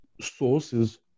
sources